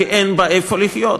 כי אין בה איפה לחיות,